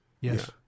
Yes